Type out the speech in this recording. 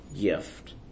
gift